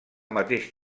mateix